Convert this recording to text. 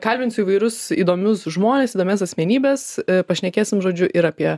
kalbinsiu įvairius įdomius žmones įdomias asmenybes pašnekėsim žodžiu ir apie